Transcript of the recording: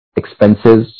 expenses